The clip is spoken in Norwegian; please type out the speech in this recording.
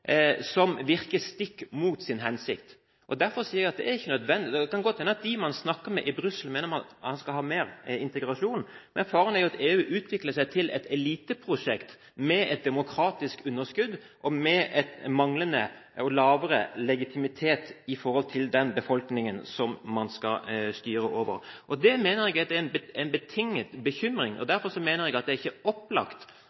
som virker stikk mot sin hensikt. Det kan godt hende at de man snakker med i Brussel, mener man skal ha mer integrasjon, men faren er jo at EU utvikler seg til et eliteprosjekt med et demokratisk underskudd, og med manglende, lavere legitimitet overfor den befolkningen man skal styre over. Det mener jeg er en betinget bekymring. Derfor mener jeg at det ikke er